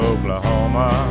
Oklahoma